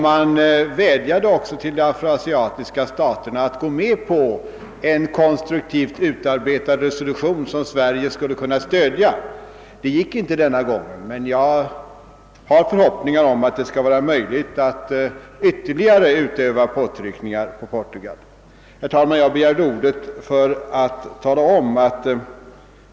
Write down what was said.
Man vädjade också till de afroasiatiska staterna att vara med om en konstruktivt utarbetad resolution som Sverige skulle kunna stödja. Det gick inte denna gång, men jag har förhoppningar om att det skall bli möjligt att utöva ytterligare påtryckningar på Portugal. Herr talman!